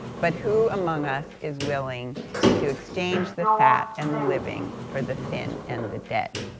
but who among us is willing to exchange the fat and the living for the thin and the dead?